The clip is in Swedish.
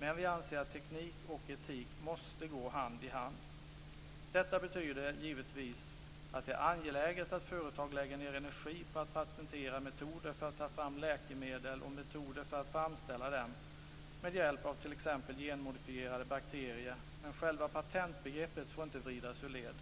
men vi anser att teknik och etik måste gå hand i hand. Detta betyder givetvis att det är angeläget att företag lägger ned energi på att patentera metoder för att ta fram läkemedel och metoder för att framställa dem med hjälp av t.ex. genmodifierade bakterier. Men själva patentbegreppet får inte vridas ur led.